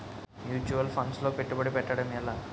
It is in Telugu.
ముచ్యువల్ ఫండ్స్ లో పెట్టుబడి పెట్టడం ఎలా?